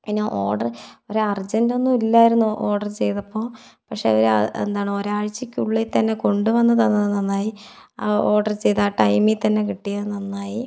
പിന്നെ ഓർഡർ ഒരു അർജൻറ് ഒന്നുമില്ലായിരുന്നു ഓർഡർ ചെയ്തപ്പോൾ പക്ഷെ അവർ ആ എന്താണ് ഒരാഴ്ചക്കുള്ളിൽ തന്നെ കൊണ്ട് വന്നത് നന്നായി ആ ഓർഡർ ചെയ്ത ആ ടൈമിൽ തന്നെ കിട്ടിയത് നന്നായി